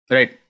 Right